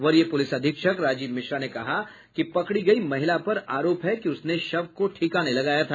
वरीय पुलिस अधीक्षक राजीव मिश्रा ने कहा कि पकड़ी गयी महिला पर आरोप है कि उसने शव को ठिकाने लगाया था